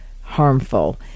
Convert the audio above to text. harmful